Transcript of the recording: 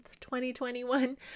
2021